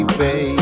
baby